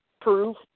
proof